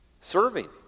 Serving